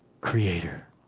Creator